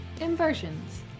Inversions